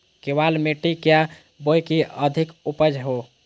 केबाल मिट्टी क्या बोए की अधिक उपज हो?